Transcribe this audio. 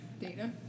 Data